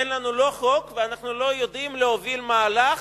אין לנו חוק ואנחנו לא יודעים להוביל מהלך